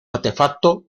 artefacto